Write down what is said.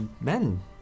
Men